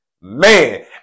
Man